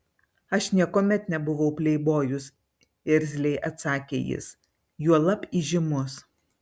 aš niekuomet nebuvau pleibojus irzliai atsakė jis juolab įžymus